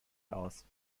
aus